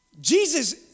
Jesus